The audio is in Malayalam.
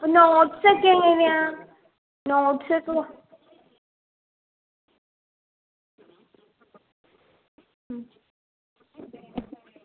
അപ്പോൾ നോട്ട്സ്സക്കെയെങ്ങനെയാണ് നോട്സപ്പോൾ